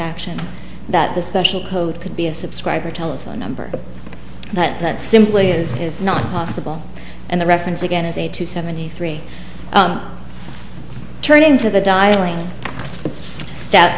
action that the special code could be a subscriber telephone number that that simply is is not possible and the reference again is a two seventy three turning to the dialing step